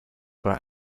were